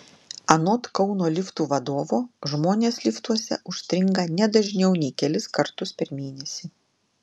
anot kauno liftų vadovo žmonės liftuose užstringa ne dažniau nei kelis kartus per mėnesį